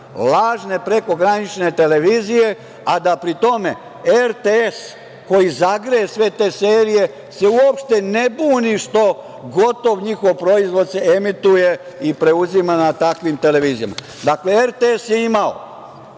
lažne prekogranične televizije, a da pri tome RTS koji zagreje sve te serije se uopšte ne buni što gotov njihov proizvod se emituje i preuzima na takvim televizijama. Dakle, RTS je imao